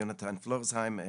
יונתן פלורסהיים,